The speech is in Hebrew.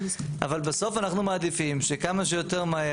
אבל בסוף אנחנו מעדיפים שכמה שיותר מהר